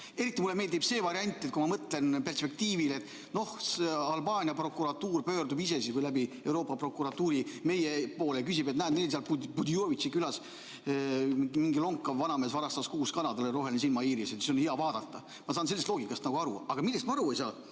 Eriti mulle meeldib see variant, kui ma mõtlen perspektiivile, et noh, Albaania prokuratuur pöördub ise või läbi Euroopa prokuratuuri meie poole ja küsib, et näed, neil seal külas mingi lonkav vanamees varastas kuus kana, tal on roheline silmaiiris, siis on hea [andmebaasist] vaadata. Ma saan sellest loogikast aru, aga millest ma aru ei saa,